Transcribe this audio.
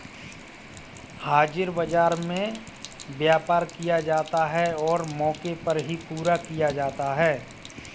हाजिर बाजार में व्यापार किया जाता है और मौके पर ही पूरा किया जाता है